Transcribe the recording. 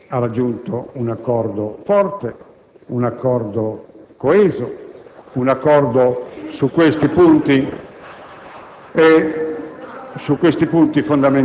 Io ho chiesto il vostro voto, convinto che noi possiamo portare a termine quanto vi ho esposto;